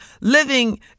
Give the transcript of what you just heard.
living